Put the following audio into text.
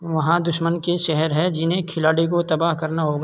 وہاں دشمن کی شہر ہے جنہیں کھلاڑی کو تباہ کرنا ہوگا